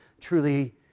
truly